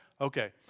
Okay